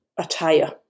attire